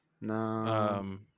no